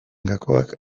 gakoak